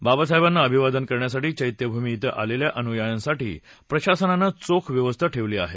बाबासाहेबांना अभिवादन करण्यासाठी चैत्यभूमी इथं आलेल्या अनुयायांसाठी प्रशासनानं चोख व्यवस्था केली आहे